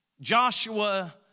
Joshua